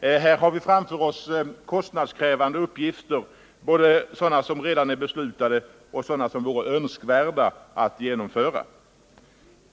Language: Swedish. Här har vi framför oss kostnadskrävande uppgifter, både sådana som redan är beslutade och sådana som det vore önskvärt att genomföra.